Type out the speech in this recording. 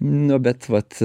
nu bet vat